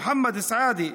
מוחמד סעאדה,